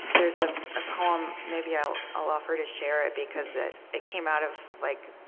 there's ah a poem. maybe i'll i'll offer to share it because it it came out of like